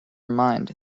mind